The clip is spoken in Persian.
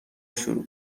شروع